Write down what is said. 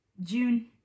June